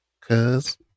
Cause